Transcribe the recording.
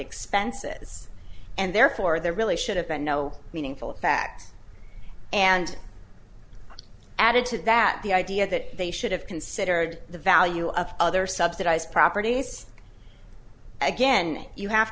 expenses and therefore there really should have been no meaningful effect and added to that the idea that they should have considered the value of other subsidised properties again you have